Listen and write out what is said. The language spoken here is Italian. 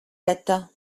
retta